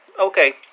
Okay